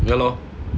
ya lor